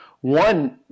One